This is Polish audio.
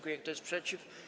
Kto jest przeciw?